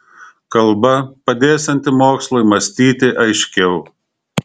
kalba padėsianti mokslui mąstyti aiškiau